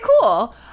cool